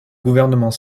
gouvernement